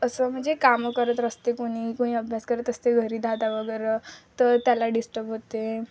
असं म्हणजे कामं करत रस्ते कोणी कोणी अभ्यास करत असते घरी दहादा वगैरं तर त्याला डिस्टर्ब होते